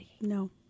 No